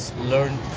learn